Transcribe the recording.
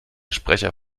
sprecher